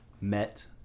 met